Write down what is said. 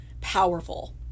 powerful